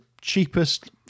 cheapest